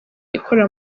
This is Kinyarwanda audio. ikorera